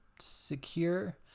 secure